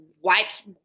white